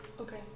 okay